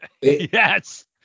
Yes